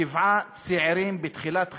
שבעה צעירים בתחילת חייהם.